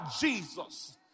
Jesus